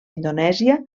indonèsia